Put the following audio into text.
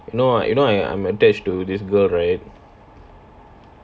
you know i~ you know i~ I'm attached to this girl right